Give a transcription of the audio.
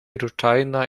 ruczajna